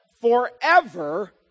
forever